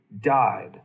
died